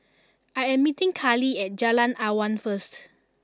I am meeting Karly at Jalan Awan first